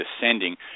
descending